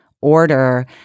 order